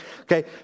Okay